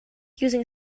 using